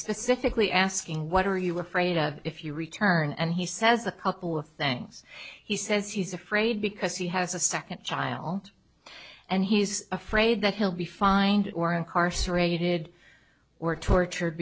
specifically asking what are you afraid of if you return and he says the couple of things he says he's afraid because he has a second child and he's afraid that he'll be fined or incarcerated or tortured